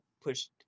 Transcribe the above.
pushed